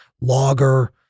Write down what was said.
logger